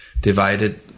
divided